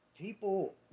people